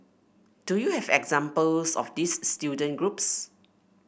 do you have examples of these student groups